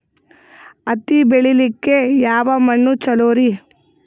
ಹತ್ತಿ ಬೆಳಿಲಿಕ್ಕೆ ಯಾವ ಮಣ್ಣು ಚಲೋರಿ?